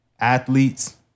Athletes